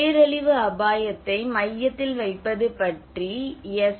பேரழிவு அபாயத்தை மையத்தில் வைப்பது பற்றி எஸ்